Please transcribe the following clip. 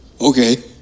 Okay